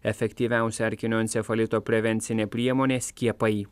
efektyviausia erkinio encefalito prevencinė priemonė skiepai